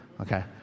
Okay